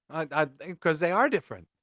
and cause they are different.